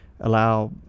allow